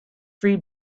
free